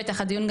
בטח הדיון,